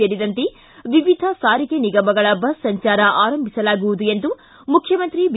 ಸೇರಿದಂತೆ ವಿವಿಧ ಸಾರಿಗೆ ನಿಗಮಗಳ ಬಸ್ ಸಂಜಾರ ಆರಂಭಿಸಲಾಗುವುದು ಎಂದು ಮುಖ್ಯಮಂತ್ರಿ ಬಿ